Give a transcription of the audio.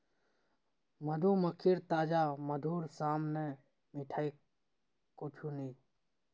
मधुमक्खीर ताजा मधुर साम न मिठाई कुछू नी